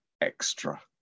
extra